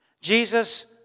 Jesus